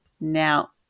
Now